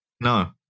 no